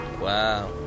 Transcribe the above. Wow